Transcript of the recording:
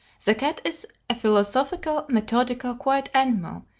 the cat is a philosophical, methodical, quiet animal,